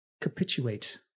capitulate